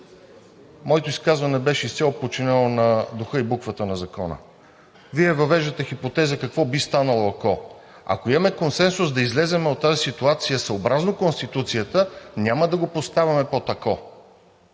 Моето изказване беше изцяло подчинено на духа и буквата на закона. Вие въвеждате хипотеза какво би станало ако... Ако имаме консенсус да излезем от тази ситуация съобразно Конституцията, няма да го поставяме под „ако“.